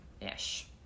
Ish